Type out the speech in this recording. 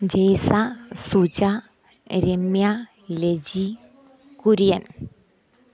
Jaisa Suja Ramya Laji Kurian